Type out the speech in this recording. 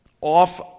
off